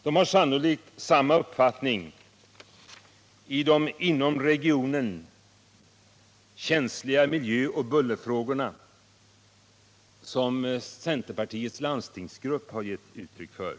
De har sannolikt samma uppfattning i de inom regionen känsliga miljöoch bullerfrågorna som centerpartiets landstingsgrupp gett uttryck för.